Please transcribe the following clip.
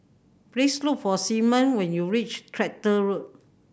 please look for Simeon when you reach Tractor Road